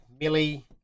Millie